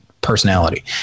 personality